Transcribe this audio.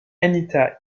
anita